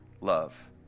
love